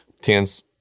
tens